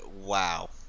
Wow